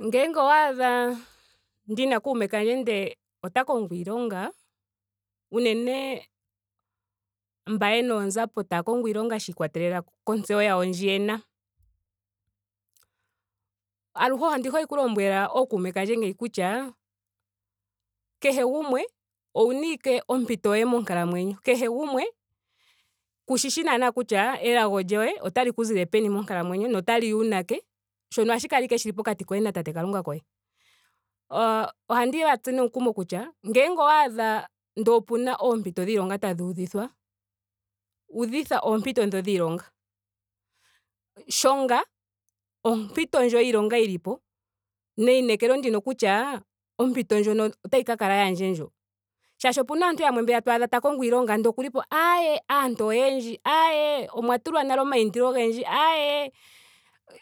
Ngele owaadha ndina kuume kandje ndele ota kongo iilonga. unene mba yena oonzapo taya kongo iilonga shiikwatelela kontseyo yawo ndji yena. Aluhe ondi hole oku lombwela ookume kandje negyi kutya kehe gumwe owuna ashike ompito yoye monkalamwenyo. kehe gumwe ku shishi naana kutya elago lyoye otali ku zile monkalamwenyo. notaliya uunake. Shono ohashi kala ashike pokati koye na tate kalunga koye. Aah ohandi ya tus nee omukumo kutya ngele owaadha ndele opena oompito dhiilonga tadhi udhithwa. udhitha oompito dhoka dhiilonga. Shonga ompito ndjo yiilonga ndjo yilipo neinekelo ndino kutya ompito ndjino otayi ka kala yandje ndjo. Shaashi opena aantu yamwe mbeya to adha ta kongo iilonga ndele okuli po aaye aantu oyendji. ayee omwa tulwa nale omaindilo ogendji. aaye